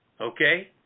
okay